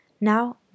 Now